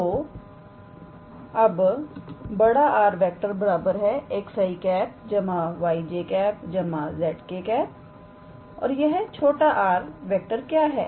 तोअब 𝑅⃗ 𝑋𝑖̂ 𝑌𝑗̂ 𝑍𝑘̂ है और यह 𝑟⃗ क्या है